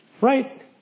Right